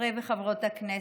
חברי וחברות הכנסת,